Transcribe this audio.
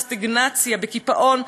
בסטגנציה ובקיפאון,